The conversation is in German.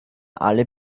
alle